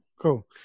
Cool